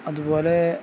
അതുപോലെ